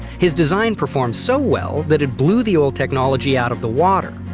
his design performed so well that it blew the old technology out of the water.